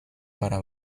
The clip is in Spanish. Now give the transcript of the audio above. para